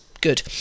good